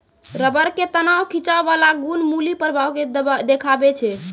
rubber के तनाव खिंचाव बाला गुण मुलीं प्रभाव के देखाबै छै